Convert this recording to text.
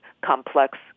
complex